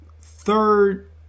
Third